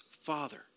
Father